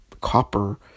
copper